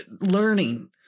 learning